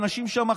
האנשים שם,